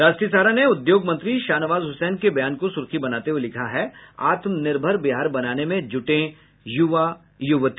राष्ट्रीय सहारा ने उद्योग मंत्री शाहनवाज हुसैन के बयान को सुर्खी बनाते हुये लिखा है आत्म निर्भर बिहार बनाने में जुटें युवा युवती